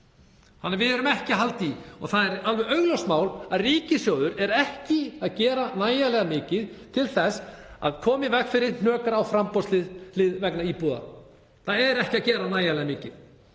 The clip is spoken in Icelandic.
halda í við þetta og það er alveg augljóst mál að ríkissjóður er ekki að gera nægilega mikið til þess að koma í veg fyrir hnökra á framboðshlið vegna íbúða. Það er ekki að gera nægilega mikið.